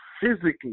physically